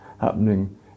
happening